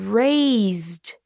raised